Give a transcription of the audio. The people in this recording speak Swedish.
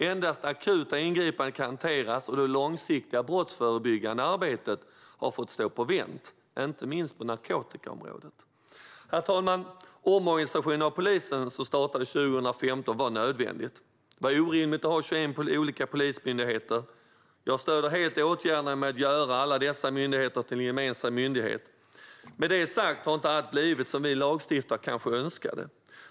Endast akuta ingripanden kan hanteras, och det långsiktiga brottsförebyggande arbetet har fått stå på vänt, inte minst på narkotikaområdet. Herr talman! Den omorganisation av polisen som startade 2015 var nödvändig. Det var orimligt att ha 21 olika polismyndigheter. Jag stöder helt åtgärderna att göra alla dessa myndigheter till en gemensam myndighet. Med detta sagt har inte allt blivit som vi lagstiftare kanske önskade.